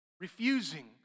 Refusing